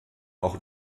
auch